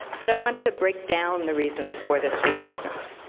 but i want to break down the reasons for this resistance.